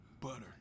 Butter